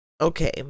Okay